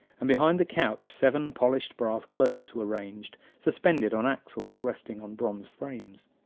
and behind the couch seven polished brass globes were ranged, suspended on axles resting on bronze frames.